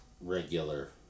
regular